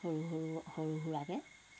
সৰু সৰু সৰু সুৰাকৈ